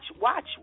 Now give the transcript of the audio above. watch